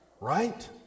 Right